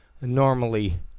normally